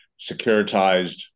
securitized